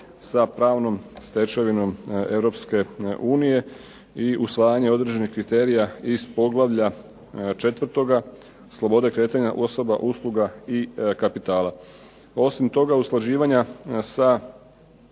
sa pravnom stečevinom Europske unije i usvajanje određenih kriterija iz poglavlja 4. – Sloboda kretanja osoba, usluga i kapitala. Osim toga usklađivanja sa